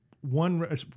one